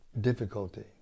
difficulty